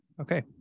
Okay